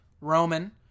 Roman